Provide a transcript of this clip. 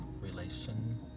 Relation